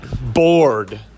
bored